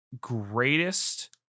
greatest